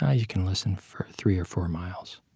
and you can listen for three or four miles.